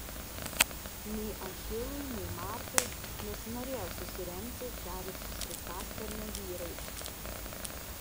nei achilui nei martai nesinorėjo susiremti dar ir su sraigtasparnio vyrais